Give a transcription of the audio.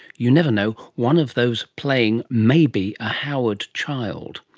you never know, one of those playing may be a howard child.